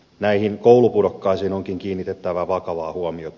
näihin koulupudokkaisiin onkin kiinnitettävä vakavaa huomiota